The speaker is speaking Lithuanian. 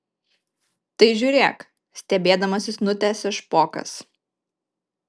tai žiūrėk stebėdamasis nutęsia špokas